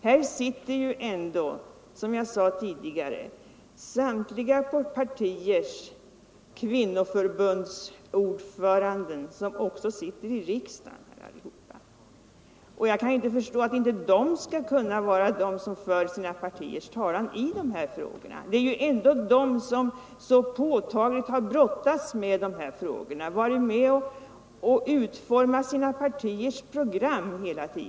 Där sitter ju ändå, som jag sade tidigare, ordförandena i samtliga partiers kvinnoförbund, som alla också är ledamöter av riksdagen. Varför skulle inte de kunna föra sina partiers talan i de här frågorna? Det är ju just de som hela tiden så påtagligt har brottats med de här frågorna och varit med om att utforma sina respektive partiers program.